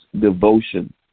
devotion